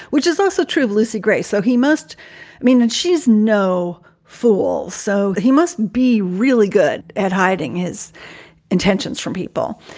which is also true of lucy grey. so he must i mean, and she's no fool. so he must be really good at hiding his intentions from people.